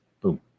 Boom